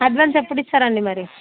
advance ఎప్పుడు ఇస్తారు అండి మరి